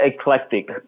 eclectic